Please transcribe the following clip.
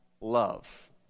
love